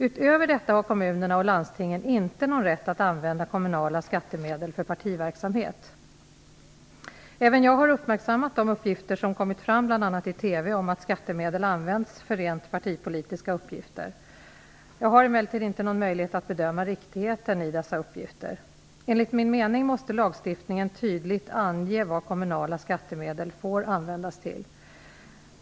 Utöver detta har kommunerna och landstingen inte någon rätt att använda kommunala skattemedel för partiverksamhet. Även jag har uppmärksammat de uppgifter som kommit fram bl.a. i TV om att skattemedel använts för rent partipolitiska uppgifter. Jag har emellertid inte någon möjlighet att bedöma riktigheten i dessa uppgifter. Enligt min mening måste lagstiftningen tydligt ange vad kommunala skattemedel får användas till.